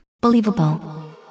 Believable